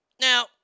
Now